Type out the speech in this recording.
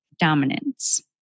dominance